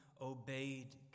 obeyed